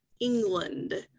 england